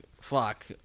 fuck